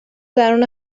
درون